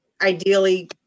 ideally